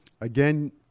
again